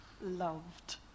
loved